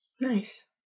Nice